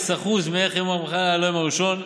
0% מערך יום מחלה על היום הראשון,